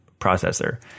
processor